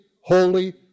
Holy